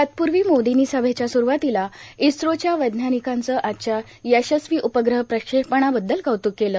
तत्पूर्वी मोदींनी सभेच्या स्रूवातीला इस्रोच्या वैज्ञानिकांचं आजच्या यशस्वी उपग्रह प्रक्षेपणाबद्दल कौत्क केलं